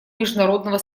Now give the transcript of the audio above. международного